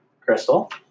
Crystal